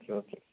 okay okay